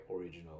original